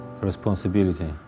responsibility